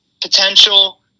potential